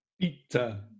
Pizza